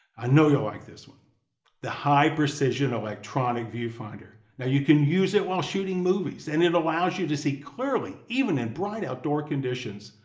i know you'll like this one the high precision electronic viewfinder. now, you can can use it while shooting movies, and it allows you to see clearly even in bright outdoor conditions.